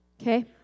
Okay